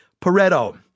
Pareto